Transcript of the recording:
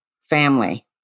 Family